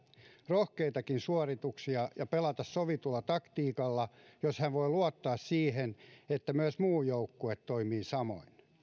rohkeitakin suorituksia ja pelata sovitulla taktiikalla jos hän voi luottaa siihen että myös muu joukkue toimii samoin